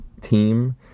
team